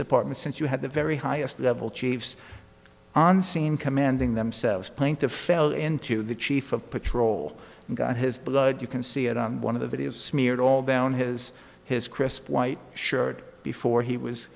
department since you had the very highest level chiefs on scene commanding themselves plaintiff fell into the chief of patrol and got his blood you can see it on one of the videos smeared all down his his crisp white shirt before he was